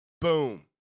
Boom